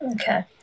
Okay